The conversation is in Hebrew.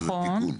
זה תיקון.